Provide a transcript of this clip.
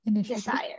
desire